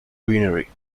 greenery